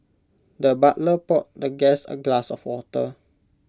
the butler poured the guest A glass of water